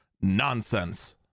nonsense